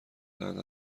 دهند